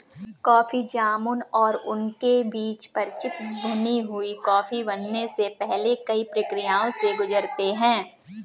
coffee जामुन और उनके बीज परिचित भुनी हुई कॉफी बनने से पहले कई प्रक्रियाओं से गुजरते हैं